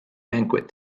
banquet